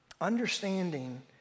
Understanding